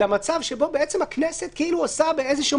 אלא מצב שבו בעצם הכנסת כאילו עושה באיזשהו